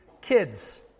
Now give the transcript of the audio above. Kids